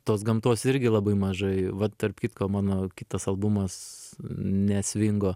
tos gamtos irgi labai mažai vat tarp kitko mano kitas albumas ne svingo